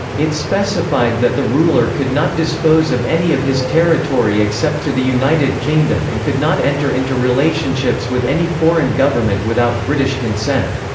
it specified that the ruler could not dispose of any of his territory except to the united kingdom and could not enter into relationships with any foreign government without british consent.